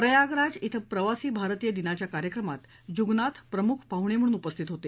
प्रयागराज क्रं प्रवासी भारतीय दिनाच्या कार्यक्रमात जुगनाथ प्रमुख पाहुणे म्हणून उपस्थित होते